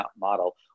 model